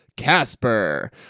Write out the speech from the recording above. casper